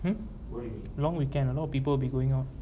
hmm long weekend a lot of people will be going out